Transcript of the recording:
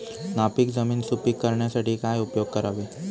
नापीक जमीन सुपीक करण्यासाठी काय उपयोग करावे?